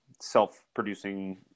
self-producing